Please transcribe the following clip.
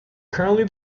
currently